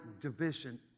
division